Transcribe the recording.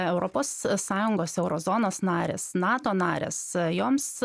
europos sąjungos euro zonos narės nato narės joms